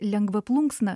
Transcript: lengva plunksna